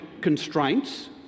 constraints